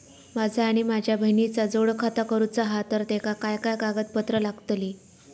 माझा आणि माझ्या बहिणीचा जोड खाता करूचा हा तर तेका काय काय कागदपत्र लागतली?